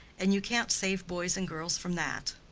and you can't save boys and girls from that.